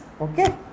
Okay